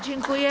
Dziękuję.